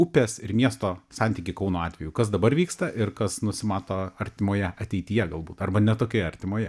upės ir miesto santykį kauno atveju kas dabar vyksta ir kas nusimato artimoje ateityje galbūt arba ne tokioje artimoje